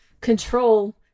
control